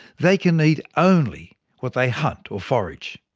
they can eat only what they hunt or forage.